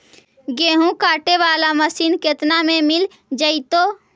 गेहूं काटे बाला मशीन केतना में मिल जइतै?